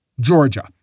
Georgia